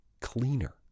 cleaner